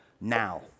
now